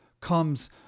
comes